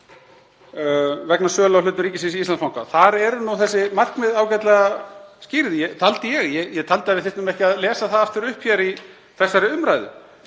vegna sölu á hlutum ríkisins í Íslandsbanka. Þar eru þessi markmið ágætlega skýrð, taldi ég. Ég taldi að við þyrftum ekki að lesa það aftur upp í þessari umræðu,